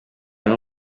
nko